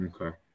Okay